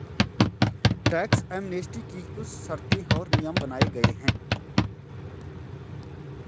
tax amnesty की कुछ शर्तें और नियम बनाये गये हैं